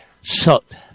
sucked